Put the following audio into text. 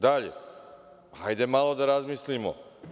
Dalje, hajde malo da razmislimo.